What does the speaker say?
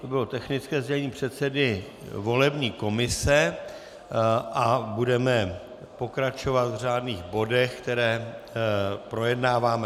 To bylo technické sdělení předsedy volební komise a budeme pokračovat v řádných bodech, které projednáváme.